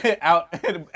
out